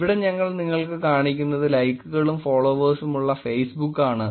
ഇവിടെ ഞങ്ങൾ നിങ്ങൾക്ക് കാണിക്കുന്നത് ലൈക്കുകളും ഫോളോവേഴ്സുമുള്ള ഫേസ്ബുക്ക് ആണ്